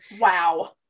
Wow